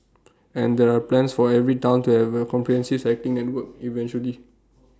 and there are plans for every Town to have A comprehensive cycling network eventually